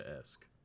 esque